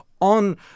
on